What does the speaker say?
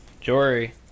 Jory